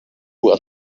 well